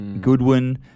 Goodwin